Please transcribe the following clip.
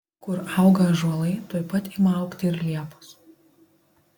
kur auga ąžuolai tuoj pat ima augti ir liepos